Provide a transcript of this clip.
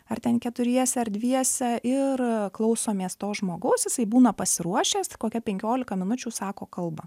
ar ten keturiese ar dviese ir klausomės to žmogaus jisai būna pasiruošęs kokia penkiolika minučių sako kalbą